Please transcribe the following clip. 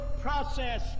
process